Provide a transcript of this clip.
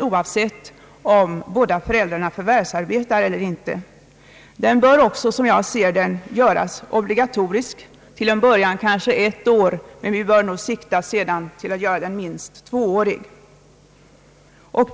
oavsett om båda föräldrarna förvärvsarbetar eller inte. Den bör alltså göras obligatorisk och till en början omfatta ett år, men vi bör sträva efter att göra den minst tvåårig.